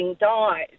dies